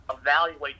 evaluate